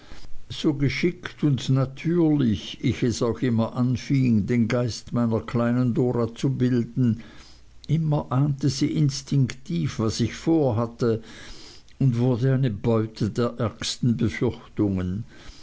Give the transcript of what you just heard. so geschickt und natürlich ich es auch immer anfing den geist meiner kleinen dora zu bilden immer ahnte sie instinktiv was ich vorhatte und wurde eine beute der ärgsten befürchtungen